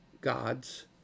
God's